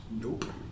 Nope